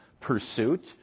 pursuit